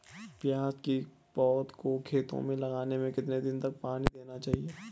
प्याज़ की पौध को खेतों में लगाने में कितने दिन तक पानी देना चाहिए?